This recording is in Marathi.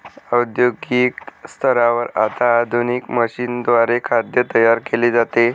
औद्योगिक स्तरावर आता आधुनिक मशीनद्वारे खाद्य तयार केले जाते